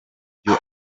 byo